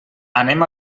anem